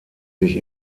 sich